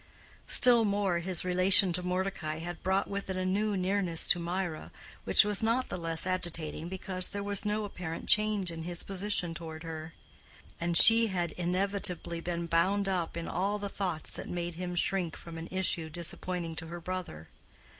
still more, his relation to mordecai had brought with it a new nearness to mirah which was not the less agitating because there was no apparent change in his position toward her and she had inevitably been bound up in all the thoughts that made him shrink from an issue disappointing to her brother.